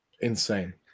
insane